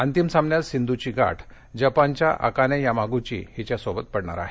अंतिम सामन्यात सिंधूची गाठ जपानच्या अकाने यामागुची हिच्यासोबत पडणार आहे